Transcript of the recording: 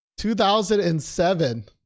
2007